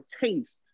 taste